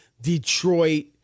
Detroit